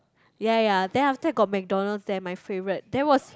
ya ya then after that got McDonald's there my favourite there was